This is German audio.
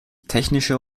technische